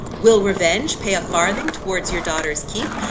will revenge pay a farthing towards your daughter's keep?